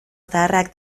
zaharrak